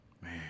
man